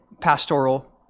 pastoral